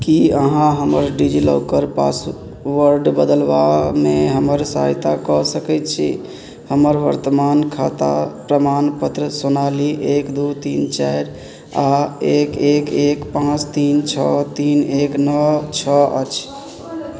की आहाँ हमर DigiLocker password बदलबामे हमर सहायता कऽ सकै छी हमर वर्तमान खाता प्रमाणपत्र सोनाली एक दू तीन चारि आ एक एक एक पाँच तीन छओ तीन एक नओ छओ अछि